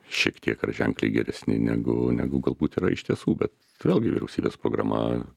šiek tiek ar ženkliai geresni negu negu galbūt yra iš tiesų bet vėlgi vyriausybės programa